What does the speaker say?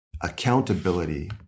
accountability